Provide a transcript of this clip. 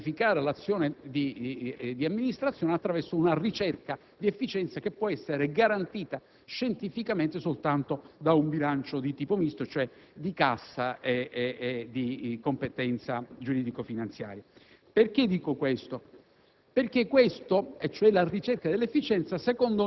progettazione e, a questo punto, di gratificare l'azione di amministrazione attraverso una ricerca di efficienza che può essere garantita scientificamente soltanto da un bilancio di tipo misto, cioè di cassa e di competenza giuridico-finanziaria. Dico questo